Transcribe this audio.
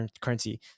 currency